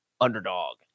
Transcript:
underdog